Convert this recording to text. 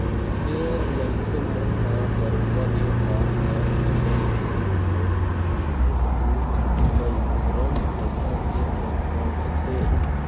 फेर मनखे मन ह बरोबर ये बात ल जानत जानत घलोक कभू कभू मजबूरन पइसा दे बर पड़ जाथे